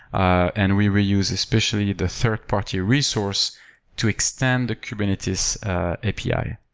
and we reuse especially the third-party resource to extend the kubernetes api.